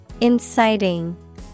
Inciting